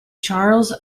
charles